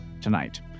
tonight